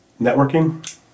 networking